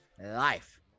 life